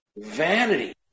Vanity